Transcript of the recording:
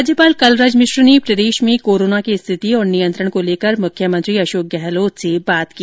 राज्यपाल कलराज मिश्र ने प्रदेश में कोरोना की स्थिति और नियंत्रण को लेकर मुख्यमंत्री अशोक गहलोत से बात की